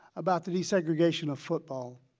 about the desegregation of football.